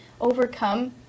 overcome